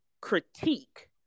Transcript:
critique